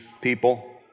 people